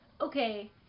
okay